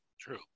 True